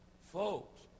folks